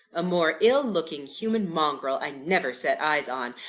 a more ill-looking human mongrel i never set eyes on!